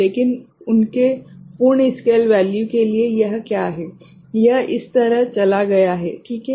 लेकिन उनके पूर्ण स्केल वैल्यू के लिए यह क्या है यह इस तक चला गया है ठीक है